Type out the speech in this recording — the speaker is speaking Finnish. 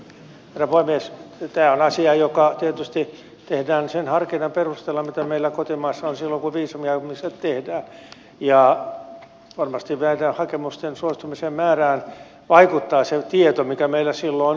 tämä on asia joka tietysti tehdään sen harkinnan perusteella mitä meillä kotimaassa on silloin kun viisumianomukset tehdään ja varmasti näiden hakemusten suostumisen määrään vaikuttaa se tieto mikä meillä silloin on